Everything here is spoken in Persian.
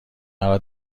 مرا